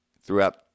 throughout